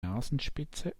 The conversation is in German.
nasenspitze